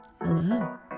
Hello